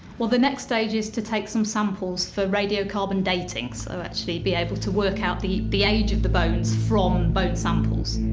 well the next stage is to take some samples for radiocarbon dating, so we'll actually be able to work out the the age of the bones from bone samples.